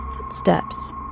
footsteps